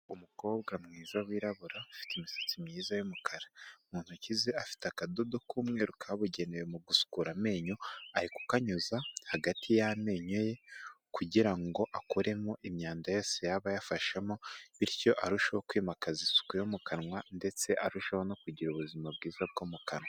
Umukobwa mwiza wirabura ufite imisatsi myiza y'umukara, mu ntoki ze afite akadodo k'umweru kabugenewe mu gusukura amenyo, ari kukanyuza hagati y'amenyo ye kugirango akuremo imyanda yose yaba yafashemo, bityo arusheho kwimakaza isuku yo mu kanwa, ndetse arushaho no kugira ubuzima bwiza bwo mu kanwa.